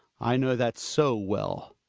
i know that so well.